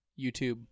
YouTube